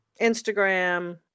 Instagram